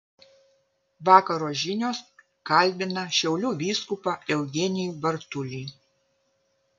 vakaro žinios kalbina šiaulių vyskupą eugenijų bartulį